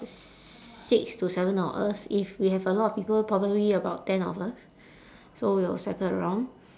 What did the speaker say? six to seven of us if we have a lot of people probably about ten of us so we'll cycle around